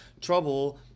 trouble